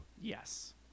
Yes